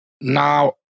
Now